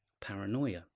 paranoia